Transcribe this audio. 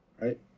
right